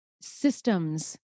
systems